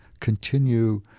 continue